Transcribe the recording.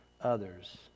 others